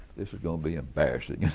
this is going to be embarrassing.